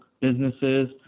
businesses